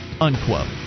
Unquote